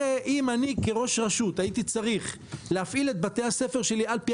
הרי אם אני כראש רשות הייתי צריך להפעיל את בתי הספר שלי על פי